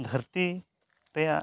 ᱫᱷᱟᱹᱨᱛᱤ ᱨᱮᱭᱟᱜ